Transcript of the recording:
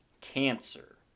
cancer